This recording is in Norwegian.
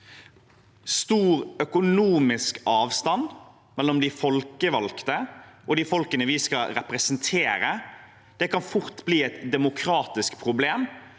Stor økonomisk avstand mellom de folkevalgte og de folkene vi skal representere, kan fort bli et demokratisk problem